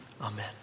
Amen